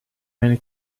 many